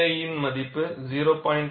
KI இன் மதிப்பு 0